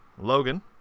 Logan